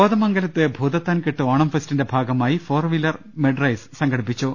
കോതമംഗലത്ത് ഭൂതത്താൻകെട്ട് ഓണംഫെസ്റ്റിന്റെ ഭാഗമായി ഫോർവീലർ മഡ്റെയ്സ് സംഘടിപ്പിച്ചു